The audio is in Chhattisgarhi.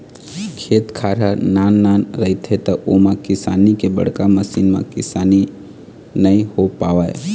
खेत खार ह नान नान रहिथे त ओमा किसानी के बड़का मसीन म किसानी नइ हो पावय